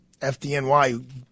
FDNY